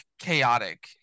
Chaotic